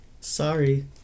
Sorry